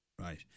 Right